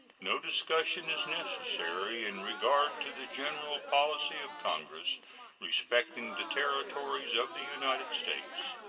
no discussion is necessary in regard to the general policy of congress respecting the territories of the united states,